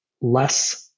less